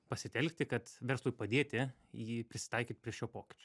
pasitelkti kad verslui padėti jį prisitaikyt prie šio pokyčio